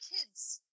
kids